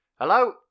Hello